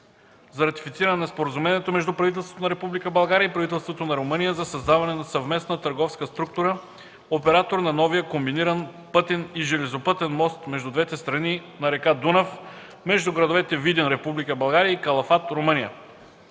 за ратифициране на Споразумението между правителството на Република България и правителството на Румъния за създаване на съвместна търговска структура – оператор на новия комбиниран (пътен и железопътен) мост между двете страни на река Дунав между градовете Видин (Република България)